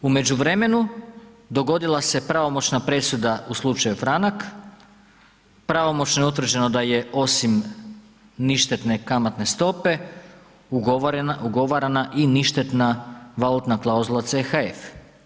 U međuvremenu dogodila se pravomoćna presuda u slučaju Franak, pravomoćno je utvrđeno da je osim ništetne kamatne stope, ugovarana i ništetna valutna klauzula CHF.